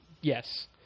yes